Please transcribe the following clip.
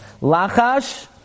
Lachash